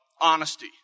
honesty